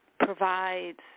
provides